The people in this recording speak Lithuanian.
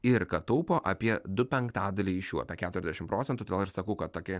ir kad taupo apie du penktadaliai šių apie keturiasdešimt procentų todėl ir sakau kad tokie